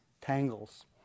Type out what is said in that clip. tangles